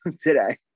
today